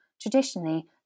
Traditionally